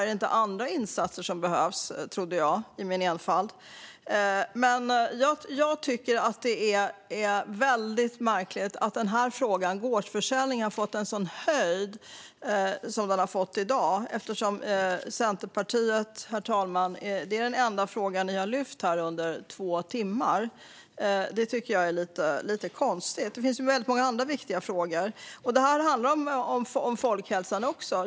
Jag trodde i min enfald att det var andra insatser som behövdes. Jag tycker att det är märkligt att frågan om gårdsförsäljning har fått en sådan höjd som den har fått i dag. Det är den enda fråga som Centerpartiet har lyft upp här under två timmar. Det tycker jag är lite konstigt, för det finns många andra viktiga frågor. Det handlar om folkhälsan också.